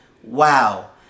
Wow